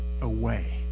away